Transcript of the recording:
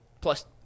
plus